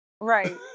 right